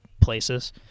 places